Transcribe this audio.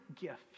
gift